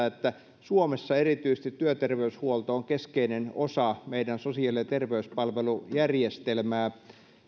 että suomessa erityisesti työterveyshuolto on keskeinen osa meidän sosiaali ja terveyspalvelujärjestelmää